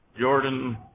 Jordan